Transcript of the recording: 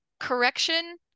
Correction